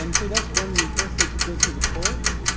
um so that's one recourse. they could go through the courts.